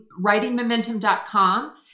writingmomentum.com